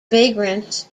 vagrants